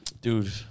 Dude